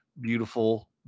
beautiful